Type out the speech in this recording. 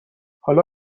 حالا